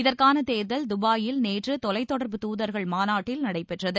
இதற்கான தேர்தல் துபாயில் நேற்று தொலைத்தொடர்பு தூதர்கள் மாநாட்டில் நடைபெற்றது